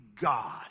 God